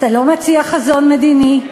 אתה לא מציע חזון מדיני,